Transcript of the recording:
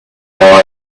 while